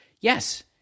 Yes